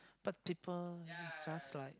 but deeper is just like